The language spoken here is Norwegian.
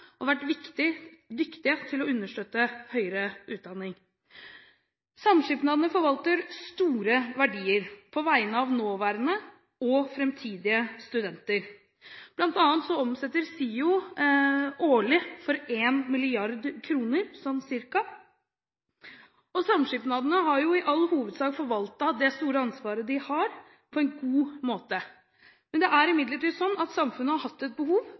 og vært dyktige til å understøtte høyere utdanning. Samskipnadene forvalter store verdier på vegne av nåværende og framtidige studenter. Blant annet omsetter SiO årlig for ca. 1 mrd. kr, og samskipnadene har i all hovedsak forvaltet det store ansvaret de har, på en god måte. Det er imidlertid sånn at samfunnet har hatt et behov